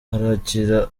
arakira